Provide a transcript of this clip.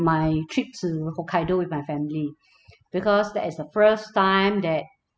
my trip to hokkaido with my family because that is the first time that